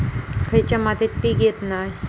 खयच्या मातीत पीक येत नाय?